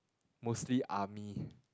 mostly army